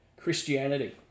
Christianity